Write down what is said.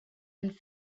and